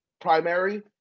primary